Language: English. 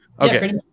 Okay